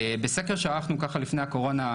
בסדר שערכנו לפני הקורונה,